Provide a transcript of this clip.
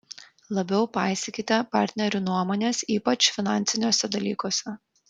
labiau paisykite partnerių nuomonės ypač finansiniuose dalykuose